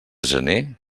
gener